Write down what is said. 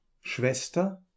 Schwester